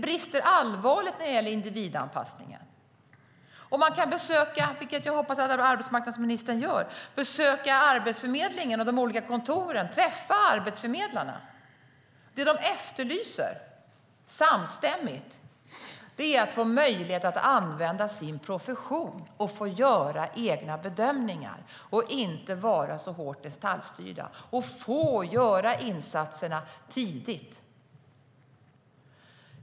Bristerna är allvarliga när det gäller individanpassningen. Man kan besöka - vilket jag hoppas att arbetsmarknadsministern gör - Arbetsförmedlingen och de olika kontoren för att träffa arbetsförmedlarna. Det som de samstämmigt efterlyser är att få möjlighet att använda sin profession, göra egna bedömningar och inte vara så hårt detaljstyrda. De vill kunna göra insatserna tidigt.